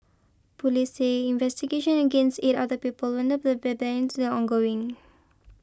police say investigations against eight other people involved in the still ongoing